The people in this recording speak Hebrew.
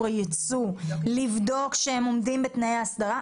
הייצוא לבדוק שהם עומדים בתנאי האסדרה?